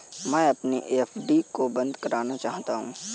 मैं अपनी एफ.डी को बंद करना चाहता हूँ